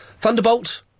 Thunderbolt